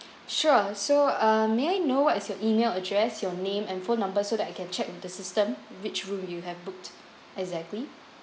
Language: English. sure so err may I know what's your email address your name and phone number so that I can check the system which room you have exactly